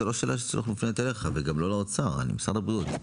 זו לא שאלה שצריך להפנות אליך וגם לא לאוצר אלא למשרד הבריאות.